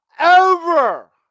Over